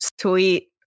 sweet